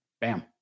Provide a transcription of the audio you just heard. Bam